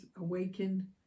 awaken